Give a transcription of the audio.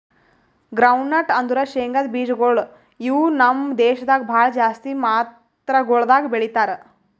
groundnut ಅಂದುರ್ ಶೇಂಗದ್ ಬೀಜಗೊಳ್ ಇವು ನಮ್ ದೇಶದಾಗ್ ಭಾಳ ಜಾಸ್ತಿ ಮಾತ್ರಗೊಳ್ದಾಗ್ ಬೆಳೀತಾರ